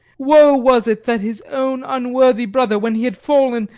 woe was it that his own unworthy brother, when he had fallen,